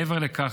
מעבר לכך,